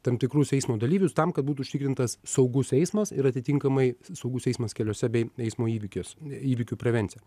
tam tikrus eismo dalyvius tam kad būtų užtikrintas saugus eismas ir atitinkamai saugus eismas keliuose bei eismo įvykis įvykių prevencija